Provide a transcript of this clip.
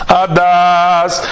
adas